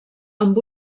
amb